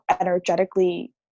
energetically